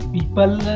People